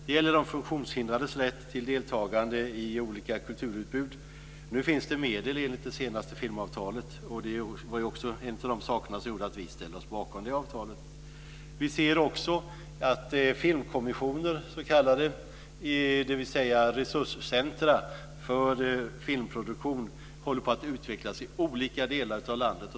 Det gäller de funktionshindrades rätt till deltagande i olika kulturutbud. Det finns nu enligt det senaste filmavtalet medel till detta. Det var en av de saker som gjorde att vi ställde oss bakom detta avtal. Vi ser också att s.k. filmkommissioner, dvs. resurscentrum för filmproduktion, håller på att utvecklas i olika delar av landet.